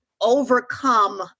overcome